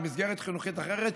למסגרת חינוכית אחרת,